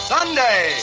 Sunday